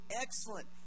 excellent